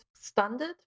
Standard